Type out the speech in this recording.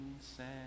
sand